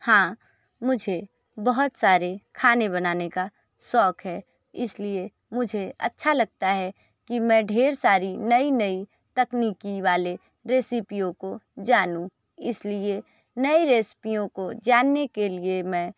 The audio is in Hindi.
हाँ मुझे बहुत सारे खाने बनाने का शौक़ है इसलिए मुझे अच्छा लगता है कि मैं ढेर सारी नई नई तकनीकी वाले रेसिपियों को जानूँ इसलिए नए रेसिपियों को जानने के लिए मैं